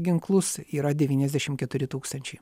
ginklus yra devyniasdešim keturi tūkstančiai